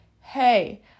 Hey